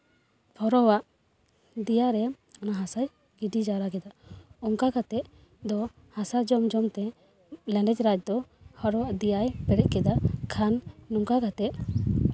ᱦᱚᱨᱚ ᱟᱜ ᱫᱮᱭᱟᱨᱮ ᱚᱱᱟ ᱦᱟᱥᱟᱭ ᱜᱤᱰᱤ ᱡᱟᱣᱨᱟ ᱠᱮᱫᱟ ᱚᱱᱠᱟ ᱠᱟᱛᱮᱜ ᱟᱫᱚ ᱦᱟᱥᱟ ᱡᱚᱢ ᱡᱚᱢ ᱛᱮ ᱞᱮᱸᱰᱮᱛ ᱨᱟᱡᱽ ᱫᱚ ᱦᱚᱨᱚᱣᱟᱜ ᱫᱮᱭᱟᱭ ᱯᱮᱨᱮᱡ ᱠᱮᱫᱟ ᱠᱷᱟᱱ ᱱᱚᱝᱠᱟ ᱠᱟᱛᱮ